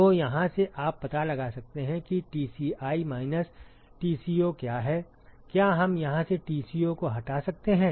तो यहाँ से आप पता लगा सकते हैं कि Tci माइनस Tco क्या है क्या हम यहाँ से Tco को हटा सकते हैं